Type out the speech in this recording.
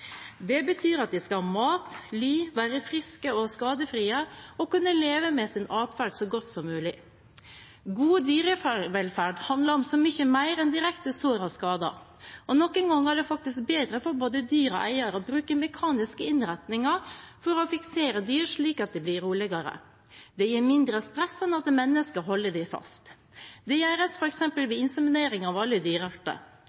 Det betyr at de skal ha mat og ly, de skal være friske og skadefrie og kunne leve med sin adferd så godt som mulig. God dyrevelferd handler om så mye mer enn direkte sår og skader. Noen ganger er det faktisk bedre for både dyr og eier å bruke mekaniske innretninger for å fiksere dyr slik at de blir roligere. Det gir mindre stress enn at mennesker skal holde dem fast. Det gjøres